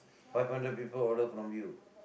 five hundred people order from you